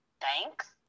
Thanks